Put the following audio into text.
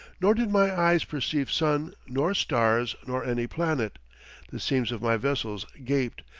nor did my eyes perceive sun, nor stars, nor any planet the seams of my vessels gaped,